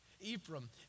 Ephraim